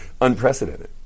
Unprecedented